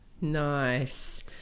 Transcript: Nice